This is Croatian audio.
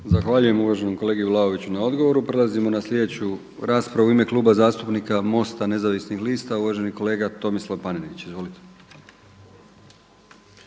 Zahvaljujem uvaženom kolegi Vlaoviću na odgovoru. Prelazimo na sljedeću raspravu. U ime Kluba zastupnika MOST-a Nezavisnih lista uvaženi kolega Tomislav Panenić. Izvolite.